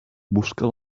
busca